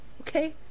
Okay